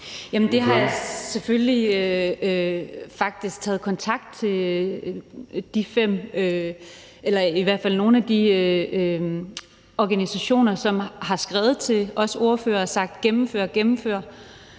Jeg har faktisk taget kontakt til de fem eller i hvert fald nogle af de organisationer, som har skrevet til os ordførere og sagt: Gennemfør, gennemfør